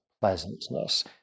pleasantness